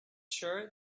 sure